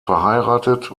verheiratet